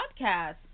podcast